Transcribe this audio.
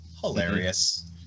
Hilarious